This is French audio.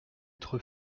être